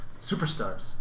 Superstars